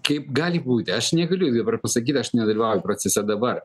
kaip gali būti aš negaliu dabar pasakyt aš nedalyvauju procese dabar